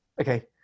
Okay